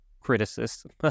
criticism